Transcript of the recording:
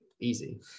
easy